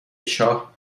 شاه